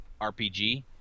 RPG